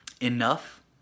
enough